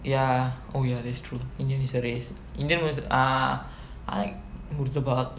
ya oh ya that's true indian is is a race indian was ah I like murtabak